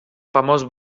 famós